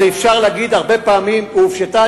אז אפשר להגיד הרבה פעמים "הופשטה",